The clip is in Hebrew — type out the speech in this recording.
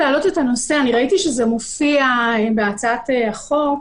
ראיתי שמופיע בהצעת החוק,